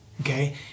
Okay